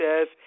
says